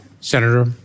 Senator